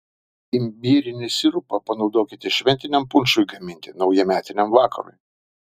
imbierinį sirupą panaudokite šventiniam punšui gaminti naujametiniam vakarui